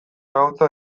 ahotsa